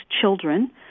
children